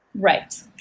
Right